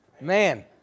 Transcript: Man